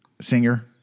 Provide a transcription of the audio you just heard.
singer